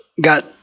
got